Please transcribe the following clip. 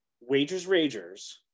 Wagers-Ragers